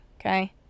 okay